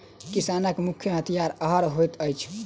किसानक मुख्य हथियार हअर होइत अछि